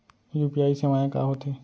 UPI सेवाएं का होथे